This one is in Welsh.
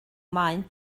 maen